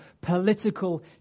political